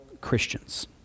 Christians